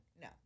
No